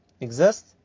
exist